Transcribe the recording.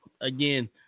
again